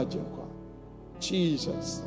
Jesus